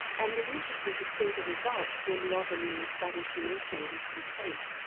and it'll be interesting to see the results when the oz immune study she mentioned is complete.